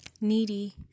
Needy